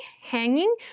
hanging